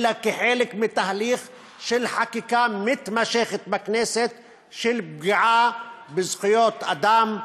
אלא כחלק מתהליך של חקיקה מתמשכת בכנסת של פגיעה בזכויות אדם,